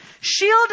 shield